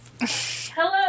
Hello